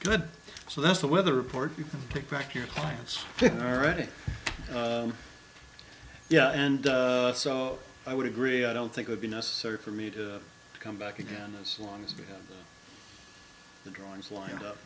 good so that's the weather report pick back your clients already yeah and so i would agree i don't think would be necessary for me to come back again as long as the drawings lined up